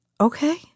Okay